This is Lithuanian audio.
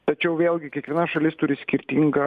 tačiau vėlgi kiekviena šalis turi skirtingą